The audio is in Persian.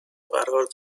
قرار